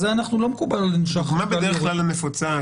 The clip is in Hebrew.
זה לא מקובל עלינו --- מה שבדרך כלל נפוצה,